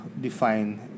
define